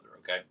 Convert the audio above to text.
okay